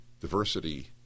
diversity